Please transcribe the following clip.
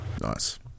Nice